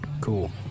Cool